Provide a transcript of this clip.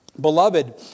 Beloved